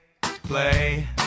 play